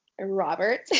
Robert